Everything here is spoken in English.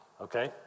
okay